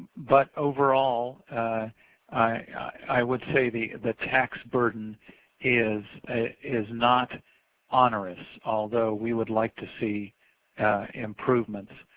but overall i would say the the tax burden is is not onerous, although we would like to see improvements.